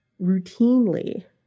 routinely